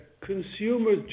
consumers